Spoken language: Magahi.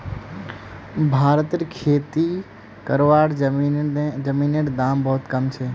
भारतत खेती करवार जमीनेर दाम बहुत कम छे